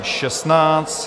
16.